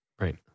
Right